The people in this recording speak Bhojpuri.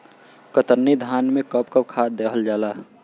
कतरनी धान में कब कब खाद दहल जाई?